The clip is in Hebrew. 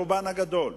רובם הגדול,